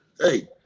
hey